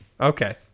Okay